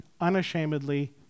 unashamedly